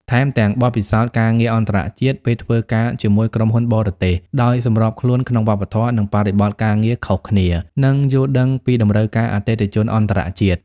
ថែមទាំង បទពិសោធន៍ការងារអន្តរជាតិ ពេលធ្វើការជាមួយក្រុមហ៊ុនបរទេស ដោយសម្របខ្លួនក្នុងវប្បធម៌និងបរិបទការងារខុសគ្នា និងយល់ដឹងពីតម្រូវការអតិថិជនអន្តរជាតិ។